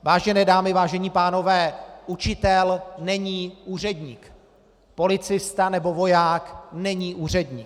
Vážené dámy, vážení pánové, učitel není úředník, policista nebo voják není úředník.